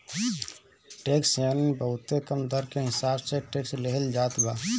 tax haven मे बहुते कम दर के हिसाब से टैक्स लेहल जात बा